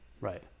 Right